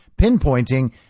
pinpointing